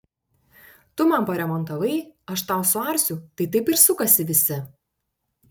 tu man paremontavai aš tau suarsiu tai taip ir sukasi visi